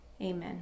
amen